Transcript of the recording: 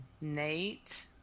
Nate